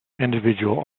individual